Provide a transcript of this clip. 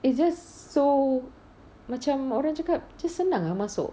it's just so macam orang cakap macam senang ah masuk